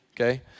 okay